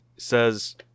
Says